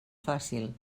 fàcil